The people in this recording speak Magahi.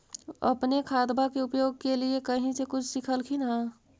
अपने खादबा के उपयोग के लीये कही से कुछ सिखलखिन हाँ?